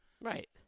Right